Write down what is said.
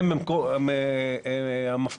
אם אתה יכול